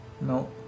No